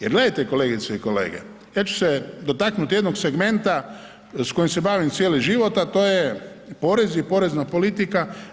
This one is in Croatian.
Jel gledajte kolegice i kolege, ja ću se dotaknuti jednog segmenta s kojim se bavim cijeli život, a to je porez i porezna politika.